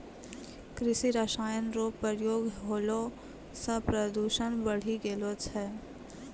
कृषि रसायन रो प्रयोग होला से प्रदूषण बढ़ी गेलो छै